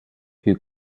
who